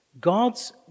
God's